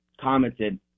commented